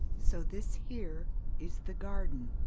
so this here is the garden.